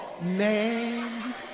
man